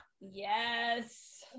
yes